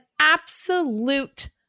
absolute